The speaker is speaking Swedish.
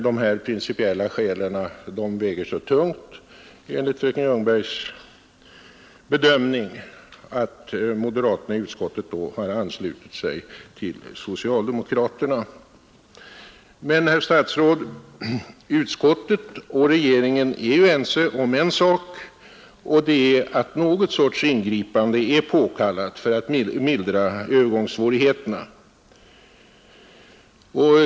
De principiella skälen väger emellertid så tungt, enligt fröken Ljungbergs bedömning, att moderaterna i utskottet har anslutit sig till socialdemokraterna. Men, herr statsråd, utskottet och regeringen är ju ense om en sak, och det är att någon sorts ingripande är påkallat för att mildra övergångssvårigheterna.